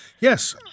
Yes